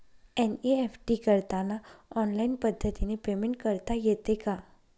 NEFT करताना online पद्धतीने payment करता येते का?